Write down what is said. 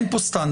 אין פה סטנדרט.